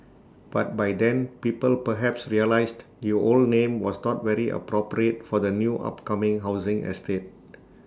but by then people perhaps realised the old name was not very appropriate for the new upcoming housing estate